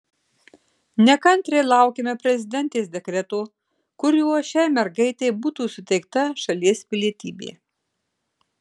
nekantriai laukiame prezidentės dekreto kuriuo šiai mergaitei būtų suteikta šalies pilietybė